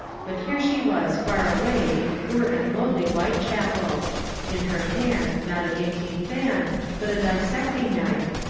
but here she was far away in poor and lowly whitechapel in her hand not a dainty fan but a dissecting knife,